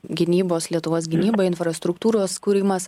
gynybos lietuvos gynyba infrastruktūros kūrimas